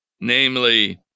namely